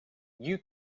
you